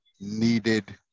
needed